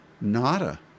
Nada